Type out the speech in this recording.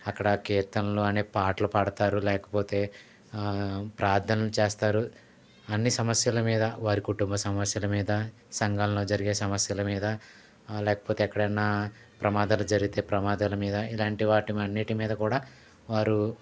అక్కడ కీర్తనలు అనే పాటలు పాడతారు లేకపోతే ప్రార్ధన్లు చేస్తారు అన్ని సమస్యల మీద వారి కుటుంబ సమస్యల మీద సంఘాల్లో జరిగే సమస్యల మీద లేకపోతే ఎక్కడన్నా ప్రమాదాలు జరిగితే ప్రమాదాల మీద ఇలాంటి వాటి అన్నిటి మీద కూడా వారు